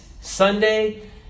Sunday